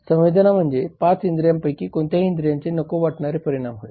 संवेदना 5 इंद्रियांपैकी कोणत्याही इंद्रियाचे नको वाटणारे परिणाम होय